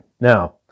Now